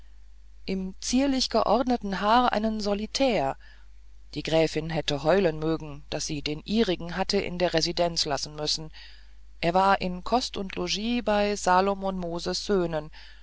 im zierlich geordneten haar einen solitär die gräfin hätte heulen mögen daß sie den ihrigen hatte in der residenz lassen müssen er war in kost und logis bei salomon moses söhnen